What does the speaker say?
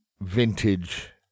vintage